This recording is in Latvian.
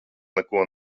neko